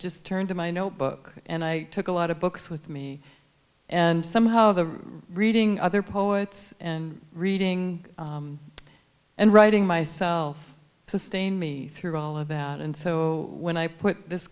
just turned to my notebook and i took a lot of books with me and somehow reading other poets and reading and writing myself sustain me through all about and so when i put this